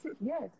Yes